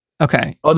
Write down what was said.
Okay